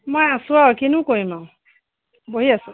মই আছোঁ আৰু কিনো কৰিম আৰু বহি আছোঁ